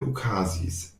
okazis